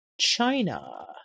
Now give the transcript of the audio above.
China